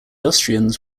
austrians